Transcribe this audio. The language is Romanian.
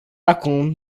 acum